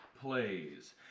plays